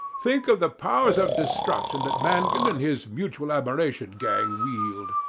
think of the powers of destruction that mangan and his mutual admiration gang wield!